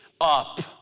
up